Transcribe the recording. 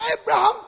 Abraham